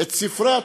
את ספרי התורה,